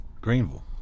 Greenville